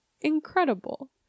incredible